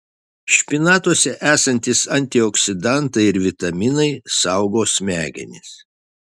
špinatuose esantys antioksidantai ir vitaminai saugo smegenis